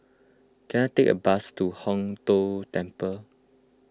can I take a bus to Hong Tho Temple